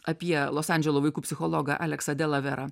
apie los andželo vaikų psichologą aleksą delaverą